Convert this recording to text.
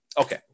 okay